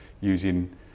using